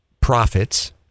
profits